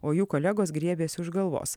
o jų kolegos griebėsi už galvos